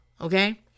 okay